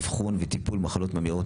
אבחון וטיפול מחלות ממאירות,